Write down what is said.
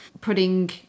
putting